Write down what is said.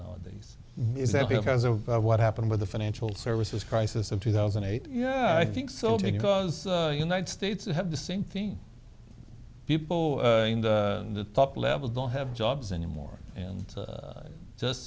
that because of what happened with the financial services crisis of two thousand and eight yeah i think so because united states have the same thing people in the top level don't have jobs anymore and just